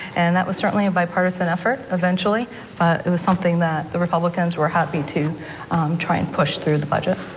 and that was certainly a bipartisan effort, eventually, but it was something that the republicans were happy to try and push through the budget,